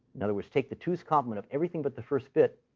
in other words, take the two's complement of everything but the first bit,